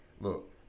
Look